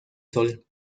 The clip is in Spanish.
sol